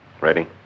Ready